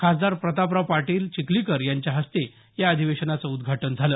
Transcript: खासदार प्रतापराव पाटील चिखलीकर यांच्या हस्ते या अधिवेशनाचं उद्घाटन झालं